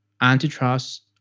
antitrust